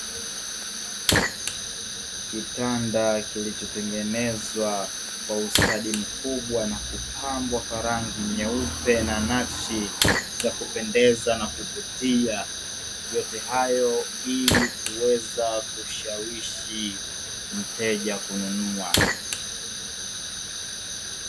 Kitanda kilichotengenezwa kwa ustadi mkubwa na kupambwa kwa rangi nyeupe na nakshi za kupendeza na kuvutia, yote hayo ili kuweza kushawishi mteja kununua.